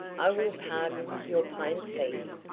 i will pardon your plain speaking,